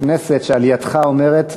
הכנסת שעלייתך אומרת,